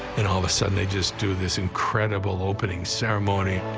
and all of a sudden, they just do this incredible opening ceremony.